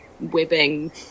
webbing